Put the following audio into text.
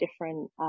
different